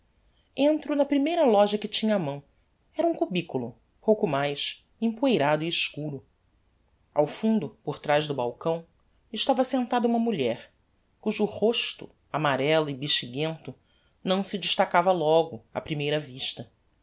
entro na primeira loja que tinha á mão era um cubiculo pouco mais empoeirado e escuro ao fundo por traz do balcão estava sentada uma mulher cujo rosto amarello e bexiguento não se destacava logo á primeira vista